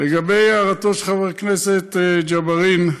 לגבי הערתו של חבר הכנסת ג'בארין,